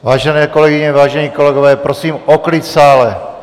Vážené kolegyně, vážení kolegové, prosím o klid v sále!